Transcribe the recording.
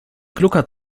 gluckert